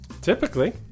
Typically